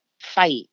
fight